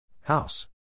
House